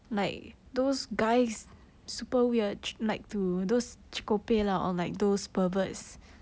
like those guys super weird like to those cheekopeh lah or like those perverts